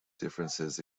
differences